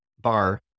bar